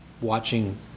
watching